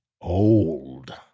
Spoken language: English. old